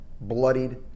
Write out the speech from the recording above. bloodied